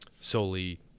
solely